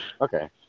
Okay